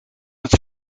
het